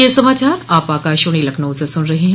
ब्रे क यह समाचार आप आकाशवाणी लखनऊ से सुन रहे हैं